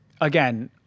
again